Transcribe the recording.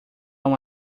uma